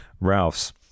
Ralph's